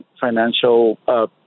financial